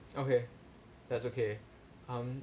okay that's okay um